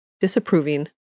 disapproving